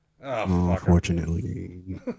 Unfortunately